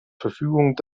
verfügung